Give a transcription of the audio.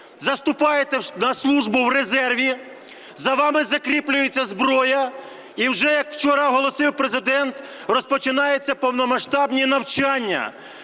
заступаєте на службу в резерві, за вами закріплюється зброя і вже, як вчора оголосив Президент, розпочинаються повномасштабні навчання.